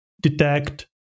detect